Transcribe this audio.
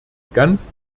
ganz